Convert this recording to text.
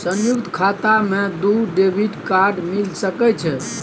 संयुक्त खाता मे दू डेबिट कार्ड मिल सके छै?